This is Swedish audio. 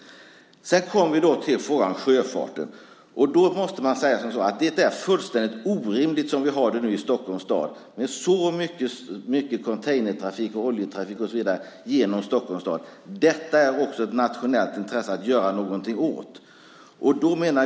Så kommer vi till frågan om sjöfarten. Det är fullständigt orimligt som vi har det nu i Stockholms stad, med så mycket containertrafik och oljetrafik genom staden. Det är ett nationellt intresse att göra något åt detta.